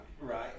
Right